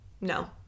No